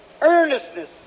earnestness